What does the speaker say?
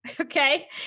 Okay